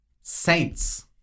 Saints